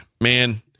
man